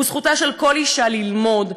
זכותה של כל אישה ללמוד,